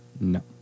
no